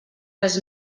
res